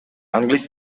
англис